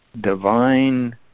divine